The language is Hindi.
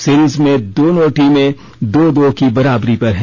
सीरीज में दोनों टीमें दो दो की बराबरी पर हैं